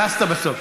הרסת בסוף.